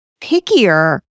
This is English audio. pickier